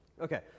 Okay